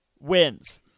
wins